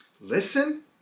Listen